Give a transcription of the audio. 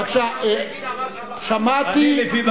שמעתי,